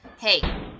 hey